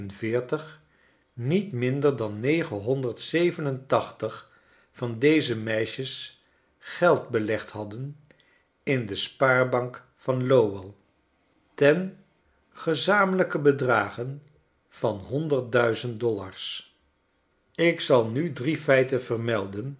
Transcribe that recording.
niet minder dan negenhonderd zeven en tachtig van deze meisjes geld belegd hadden in de spaarbank van lowell ten gezamenlijke bedrage van honderdduizend dollars ik zal nu drie feiten vermelden